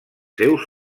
seus